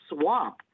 swamp